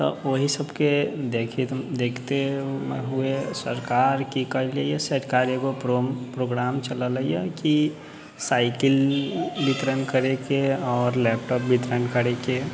तब ओही सबके देख के देखते हुए सरकार की कयले है सरकार एगो प्रोग्राम चलेलै की साइकिल वितरण करै के आओर लैपटॉप वितरण करय के